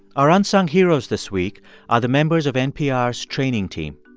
our unsung heroes this week are the members of npr's training team.